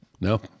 No